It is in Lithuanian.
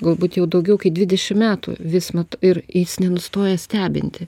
galbūt jau daugiau kai dvidešim metų vis ir jis nenustoja stebinti